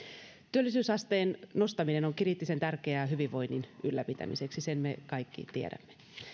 työllisyysasteen nostaminen on kriittisen tärkeää hyvinvoinnin ylläpitämiseksi sen me kaikki tiedämme